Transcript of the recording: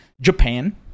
Japan